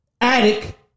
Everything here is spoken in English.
attic